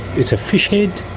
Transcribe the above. it's a fish head,